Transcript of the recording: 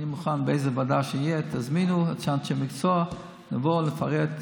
אני מוכן שלאיזו ועדה שתהיה תזמינו אנשי מקצוע והם יבואו לפרט.